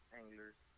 anglers